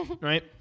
right